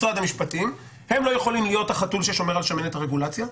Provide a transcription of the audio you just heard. משרד המשפטים הם לא יכולים להיות החתול ששומר על שמנת הרגולציה.